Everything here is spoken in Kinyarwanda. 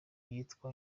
yitwa